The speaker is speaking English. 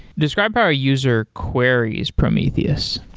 describe how a user queries prometheus.